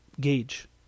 gauge